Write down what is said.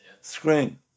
screen